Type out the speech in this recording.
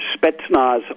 Spetsnaz